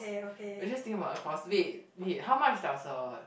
we just think about the cost wait wait how much does a